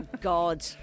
God